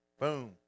boom